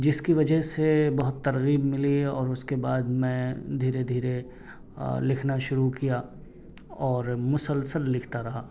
جس کی وجہ سے بہت ترغیب ملی اور اس کے بعد میں دھیرے دھیرے لکھنا شروع کیا اور مسلسل لکھتا رہا